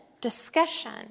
discussion